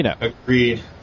Agreed